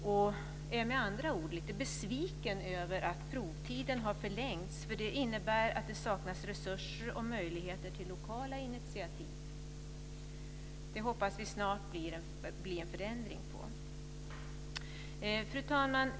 Vi är med andra ord lite besvikna över att provtiden har förlängts. Det innebär att det saknas resurser och möjligheter till lokala initiativ. Jag hoppas att det snart blir en förändring. Fru talman!